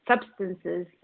substances